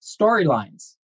storylines